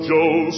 Joe